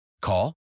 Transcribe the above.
Call